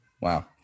Wow